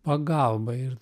pagalbą ir